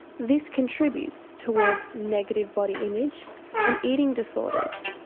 this contributes towards negative body image and eating disorders.